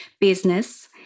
business